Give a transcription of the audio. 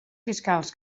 fiscals